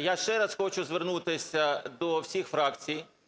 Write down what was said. Я ще раз хочу звернутися до всіх фракцій,